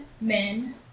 men